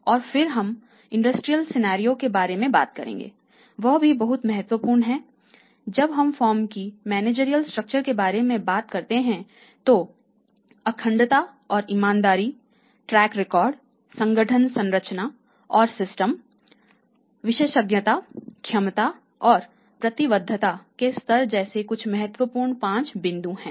और फिर हम इंडस्ट्रियल सिनारिओके बारे में बात करते हैं तो अखंडता और ईमानदारी ट्रैक रिकॉर्ड संगठन संरचना और सिस्टम विशेषज्ञता क्षमता और प्रतिबद्धता के स्तर जैसे कुछ महत्वपूर्ण पांच बिंदु हैं